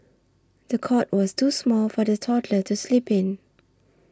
the cot was too small for the toddler to sleep in